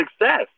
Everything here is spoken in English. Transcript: success